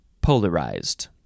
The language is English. polarized